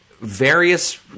Various